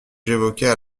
j’évoquais